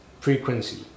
frequency